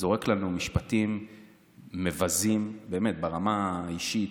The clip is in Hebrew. זורק לנו משפטים מבזים, באמת, ברמה האישית.